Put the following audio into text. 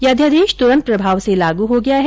यह अध्यादेश तुरन्त प्रभाव से लागू हो गया है